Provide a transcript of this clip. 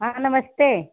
हाँ नमस्ते